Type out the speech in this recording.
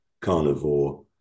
carnivore